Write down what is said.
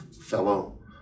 fellow